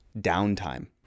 downtime